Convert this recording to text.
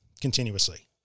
continuously